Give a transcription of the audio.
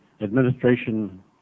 administration